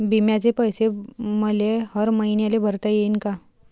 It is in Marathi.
बिम्याचे पैसे मले हर मईन्याले भरता येईन का?